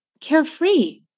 carefree